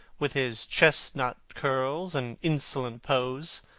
with his chestnut curls and insolent pose!